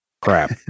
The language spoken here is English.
crap